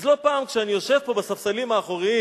אז לא פעם כשאני יושב פה בספסלים האחוריים,